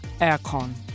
aircon